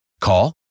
Call